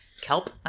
kelp